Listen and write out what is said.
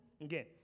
Again